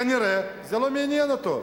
כנראה זה לא מעניין אותו.